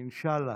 אינשאללה.